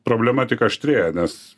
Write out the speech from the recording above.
problema tik aštrėja nes